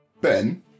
Ben